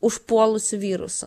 užpuolusiu virusu